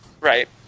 Right